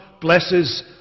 blesses